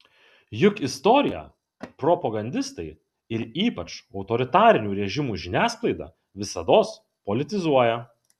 juk istoriją propagandistai ir ypač autoritarinių režimų žiniasklaida visados politizuoja